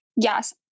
yes